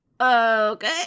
Okay